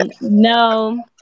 No